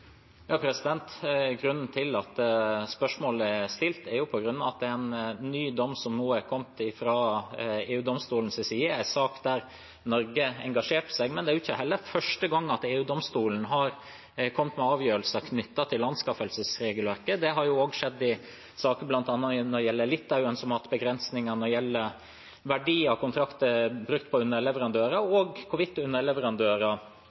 Grunnen til at spørsmålet er stilt, er at det er kommet en ny dom fra EU-domstolens side i en sak der Norge engasjerte seg. Men det er heller ikke første gang EU-domstolen har kommet med avgjørelser knyttet til anskaffelsesregelverket; det har også skjedd i saker som gjelder bl.a. Litauen, som har hatt begrensninger når det gjelder verdien av kontrakter brukt på